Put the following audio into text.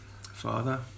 father